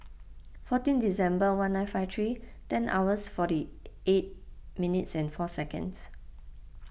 fourteen December one nine five three ten hours forty eight minutes and four seconds